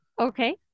Okay